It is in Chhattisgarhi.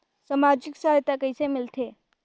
समाजिक सहायता कइसे मिलथे?